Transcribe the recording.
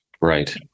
right